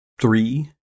three